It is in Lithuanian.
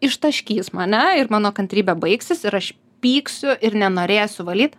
ištaškys mane ir mano kantrybė baigsis ir aš pyksiu ir nenorėsiu valyt